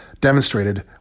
demonstrated